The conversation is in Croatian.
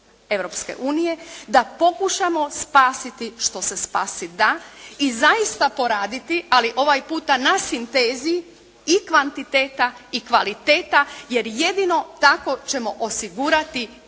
Europske unije da pokušamo spasiti što se spasiti da i zaista poraditi, ali ovaj puta na sintezi i kvantiteta i kvaliteta jer jedino tako ćemo osigurati i